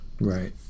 right